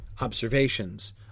observations